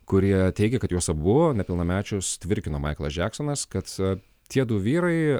kurie teigia kad juos abu nepilnamečius tvirkino maiklas džeksonas kad tiedu vyrai